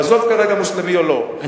עזוב כרגע מוסלמי או לא,